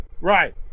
Right